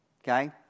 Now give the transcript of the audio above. Okay